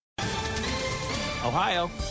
Ohio